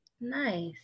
nice